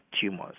tumors